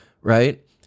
Right